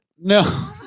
No